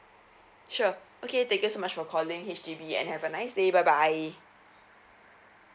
sure okay thank you so much for calling H_D_B and have a nice day bye bye